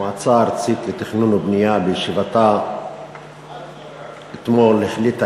המועצה הארצית לתכנון ובנייה בישיבתה אתמול החליטה